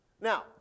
Now